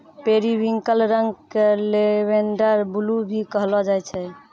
periwinkle रंग क lavender blue भी कहलो जाय छै